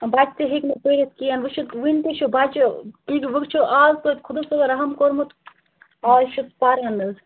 بچہٕ تہِ ہیٚکۍ نہٕ پٔرِتھ کینٛہہ وۄنۍ چھِ وٕنۍ تہِ چھِ بَچہٕ تُہۍ وٕچھِو آز تویتہِ خُدا صٲبن رحم کوٚرمُت آز چھِ پَران حظ